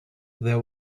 there